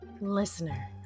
listener